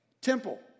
temple